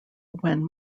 when